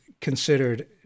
considered